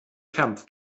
kampf